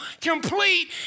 complete